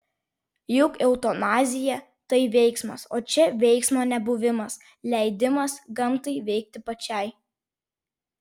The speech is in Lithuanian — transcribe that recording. juk eutanazija tai veiksmas o čia veiksmo nebuvimas leidimas gamtai veikti pačiai